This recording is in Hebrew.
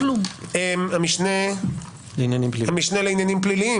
המשנה לעניינים פליליים